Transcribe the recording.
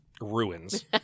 ruins